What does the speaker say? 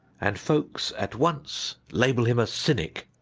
and folks at once label him a cynic.